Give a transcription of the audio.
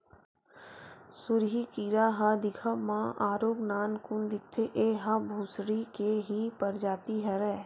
सुरही कीरा ह दिखब म आरुग नानकुन दिखथे, ऐहा भूसड़ी के ही परजाति हरय